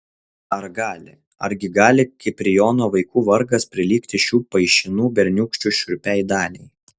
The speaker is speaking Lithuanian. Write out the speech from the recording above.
ar gali argi gali kiprijono vaikų vargas prilygti šių paišinų berniūkščių šiurpiai daliai